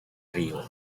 río